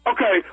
Okay